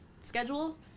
schedule